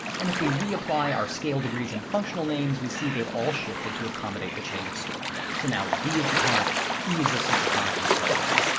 and if we reapply our scale degrees and functional names, we see they've all shifted to accommodate the change of scale. so now d is the tonic, e is the supertonic, and so on.